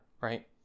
Right